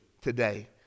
today